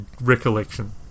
recollection